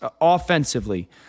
offensively